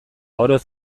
oroz